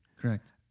Correct